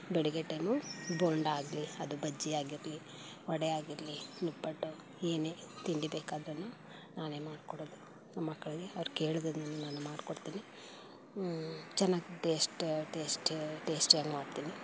ಬೆಳಗ್ಗೆ ಟೈಮು ಬೋಂಡ ಆಗಲಿ ಅದು ಬಜ್ಜಿ ಆಗಿರಲಿ ವಡೆ ಆಗಿರಲಿ ನಿಪ್ಪಟ್ಟು ಏನೇ ತಿಂಡಿ ಬೇಕಾದ್ರೂ ನಾನೇ ಮಾಡಿಕೊಡೋದು ಮಕ್ಕಳಿಗೆ ಅವ್ರು ಕೇಳಿದ್ದೆಲ್ಲವೂ ನಾನು ಮಾಡ್ಕೊಡ್ತೀನಿ ಚೆನ್ನಾಗಿ ಟೇಸ್ಟು ಟೇಸ್ಟು ಟೇಸ್ಟಿಯಾಗಿ ಮಾಡ್ತೀನಿ